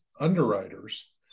underwriters